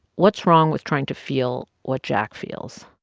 what's wrong with trying to feel what jack feels?